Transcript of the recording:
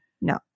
no